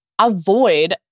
avoid